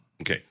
Okay